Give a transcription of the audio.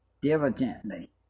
diligently